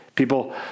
People